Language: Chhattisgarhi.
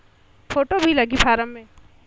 फ़ोटो भी लगी फारम मे?